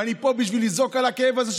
ואני פה בשביל לזעוק על הכאב הזה,